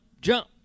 jump